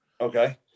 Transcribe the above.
Okay